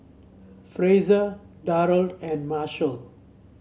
Frazier Darold and Marshall